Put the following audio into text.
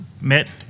met